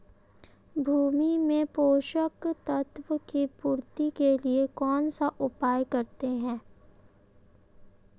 भूमि में पोषक तत्वों की पूर्ति के लिए कौनसा उपाय करते हैं?